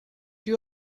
you